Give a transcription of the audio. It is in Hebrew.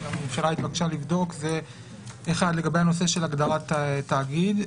והממשלה התבקשה לבדוק זה לגבי הנושא של הגדרת התאגיד.